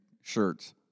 shirts